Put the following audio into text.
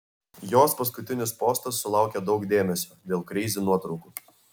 jos paskutinis postas sulaukė daug dėmesio dėl kreizi nuotraukų